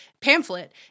pamphlet